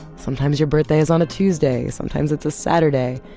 sometimes your birthday is on a tuesday. sometimes it's a saturday.